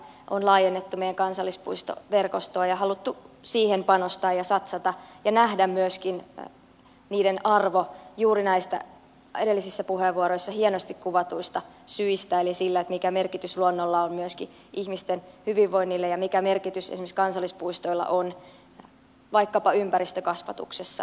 on laajennettu meidän kansallispuistoverkostoa ja haluttu siihen panostaa ja satsata ja nähdä myöskin sen arvo juuri näistä edellisissä puheenvuoroissa hienosti kuvatuista syistä eli siitä mikä merkitys luonnolla on myöskin ihmisten hyvinvoinnille ja mikä merkitys esimerkiksi kansallispuistoilla on vaikkapa ympäristökasvatuksessa